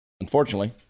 unfortunately